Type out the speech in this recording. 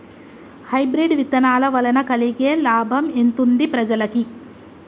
Hybrid విత్తనాల వలన కలిగే లాభం ఎంతుంది ప్రజలకి?